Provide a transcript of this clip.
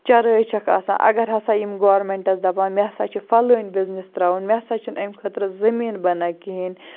چَرٲے چھَکھ آسان اگر ہَسا یِم گورمنٹَس دَپان مےٚ ہَسا چھُ فَلٲنٛۍ بِزنٮ۪س تراوُن مےٚ ہَسا چھُنہٕ امہِ خٲطرٕ زٔمیٖن بَنان کِہِیٖنۍ